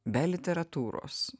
be literatūros